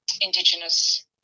Indigenous